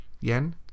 yen